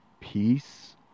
peace